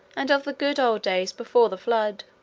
and of the good old days before the flood.